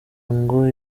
ngo